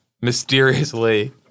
mysteriously